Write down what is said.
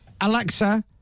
Alexa